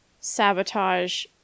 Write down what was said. sabotage